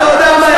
אתה יודע מה?